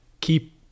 keep